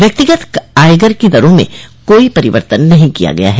व्यक्तिगत आयकर की दरों में कोई परिवर्तन नहीं किया गया है